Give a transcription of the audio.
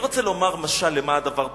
אני רוצה לומר משל למה הדבר דומה,